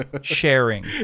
sharing